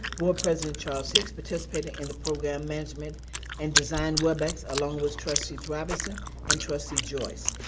board president charles hicks participated in the program management and designed webex along with trustee robinson and trustee joyce.